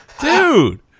Dude